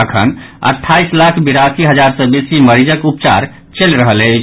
अखन अट्ठाईस लाख बिरासी हजार सँ बेसी मरीजक उपचर चलि रहल अछि